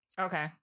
Okay